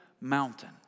Mountain